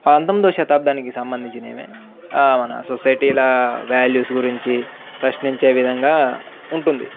ఆ అంతంతోో శతాబ్దానికి సంబంధించినమే మన సొసైటీల వ్యాల్యూస్ గురించి ప్రశ్నించే విధంగా ఉంటుంది